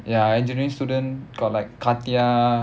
ya engineering student got like CATIA